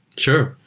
sure.